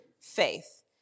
faith